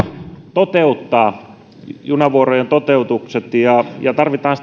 toteuttaa junavuorojen toteutukset ja tarvitaan